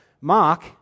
Mark